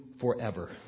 forever